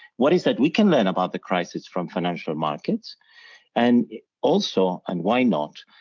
what is that we can learn about the crisis from financial markets and also and why not,